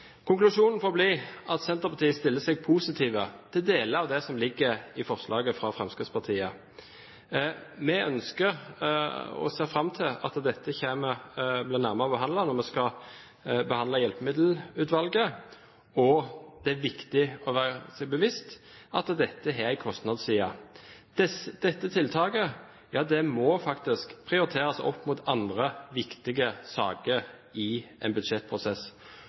Konklusjonen får bli at Senterpartiet stiller seg positivt til deler av det som ligger i forslaget fra Fremskrittspartiet. Vi ønsker, og ser fram til, at dette blir sett nærmere på når vi skal behandle innstillingen fra Hjelpemiddelutvalget, og det er viktig å være seg bevisst at dette har en kostnadsside. Dette tiltaket må faktisk prioriteres opp mot andre viktige saker i en budsjettprosess,